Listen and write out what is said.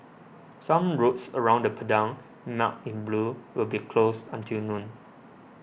some roads around the Padang marked in blue will be closed until noon